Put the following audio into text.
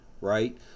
right